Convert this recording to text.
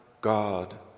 God